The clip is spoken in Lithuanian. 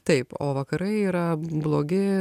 taip o vakarai yra blogi